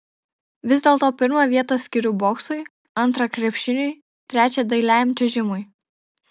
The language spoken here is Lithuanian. vis dėlto pirmą vietą skiriu boksui antrą krepšiniui trečią dailiajam čiuožimui